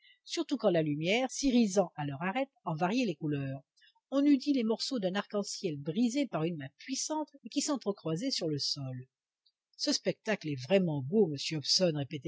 surtout quand la lumière s'irisant à leurs arêtes en variait les couleurs on eût dit les morceaux d'un arc-en-ciel brisé par une main puissante et qui s'entrecroisaient sur le sol ce spectacle est vraiment beau monsieur hobson